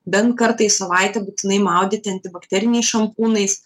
bent kartą į savaitę būtinai maudyti antibakteriniais šampūnais